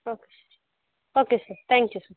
okay sir okay sir thank you sir